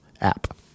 app